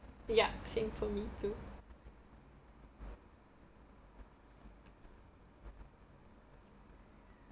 ya same for me too